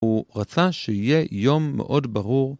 הוא רצה שיהיה יום מאוד ברור